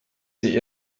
sich